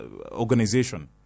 organization